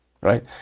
right